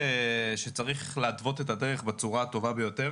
שצריך להתוות את הדרך בצורה הטובה ביותר.